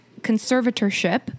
conservatorship